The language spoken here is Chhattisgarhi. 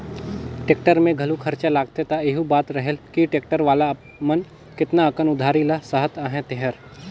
टेक्टर में घलो खरचा लागथे त एहू बात रहेल कि टेक्टर वाला मन केतना अकन उधारी ल सहत अहें तेहर